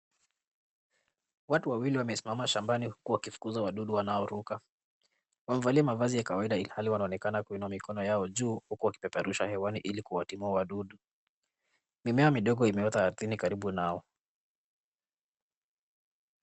Watu wawili wamesimama shambani huku wakifukuza wadudu wanaoruka. Wamevalia mavazi ya kawaida ilhali wanaonekana kuinua mikono yao juu, huku wakipeperusha hewani ili kuwatimua midudu. Mimea midogo imeota ardhini karibu nao.